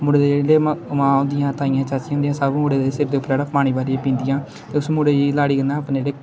मुड़े दे जेह्ड़े मां मां होंदियां ताइयां चाचियां होंदियां ओह् सब्भ मुड़े दे सिर दे उप्परां जेह्ड़ा पानी बारियै पींदियां ते उस मुड़े गी लाड़ी कन्नै अपने जेह्ड़े